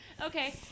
Okay